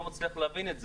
אני לא מצליח להבין את זה.